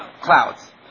clouds